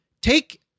Take